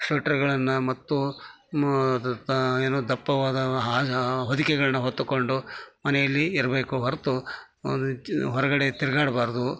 ಸ್ವೆಟರ್ಗಳನ್ನ ಮತ್ತು ಏನು ದಪ್ಪವಾದ ಹೊದಿಕೆಗಳನ್ನ ಹೊತ್ತುಕೊಂಡು ಮನೆಯಲ್ಲಿ ಇರಬೇಕು ಹೊರೆತು ಹೊರಗಡೆ ತಿರ್ಗಾಡಬಾರದು